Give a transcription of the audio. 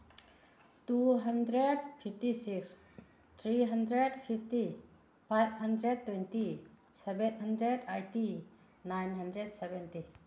two hundred fifty six three hundred fifty five hundred twenty seven hundred eighty nine hundred seventy